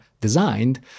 designed